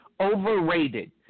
overrated